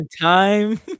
time